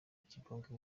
kibonke